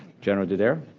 general dodaro?